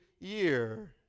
year